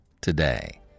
today